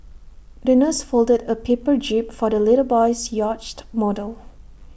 the nurse folded A paper jib for the little boy's yacht model